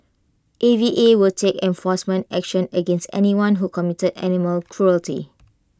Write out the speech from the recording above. A V A will take enforcement action against anyone who committed animal cruelty